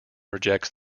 rejects